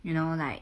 you know like